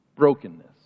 Brokenness